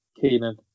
Keenan